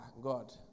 God